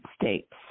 States